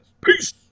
Peace